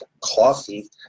Coffee